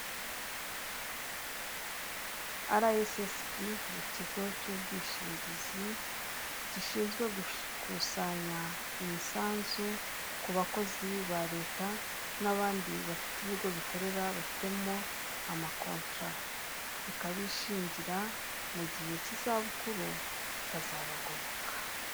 Ara esi esi bi ni kigo cy'ubwishingizi gishinzwe gukusanya imisanzu ku bakozi ba leta, n'abandi bafite ibigo bikorera bafitemo amakontara, ikabishingira mu gihe cy'izabukuru ikazabagoboka.